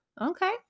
Okay